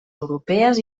europees